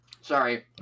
Sorry